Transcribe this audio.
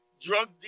Drug